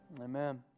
Amen